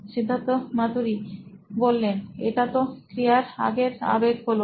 সিদ্ধার্থ মাতু রি C E O নোইন ইলেক্ট্রনিক্স এটা তো ক্রিয়ার আগের আবেগ হলো